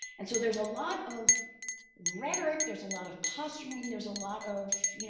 and so there's a lot of rhetoric, there's a lot of posturing, there's a lot of